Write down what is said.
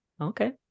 okay